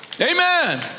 Amen